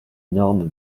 normes